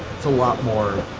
it's a lot more,